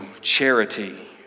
charity